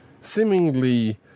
seemingly